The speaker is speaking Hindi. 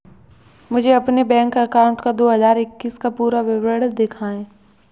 मुझे अपने बैंक अकाउंट का दो हज़ार इक्कीस का पूरा विवरण दिखाएँ?